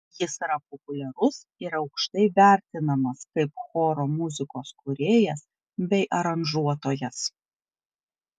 jis yra populiarus ir aukštai vertinamas kaip choro muzikos kūrėjas bei aranžuotojas